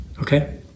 okay